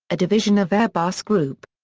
a division of airbus group.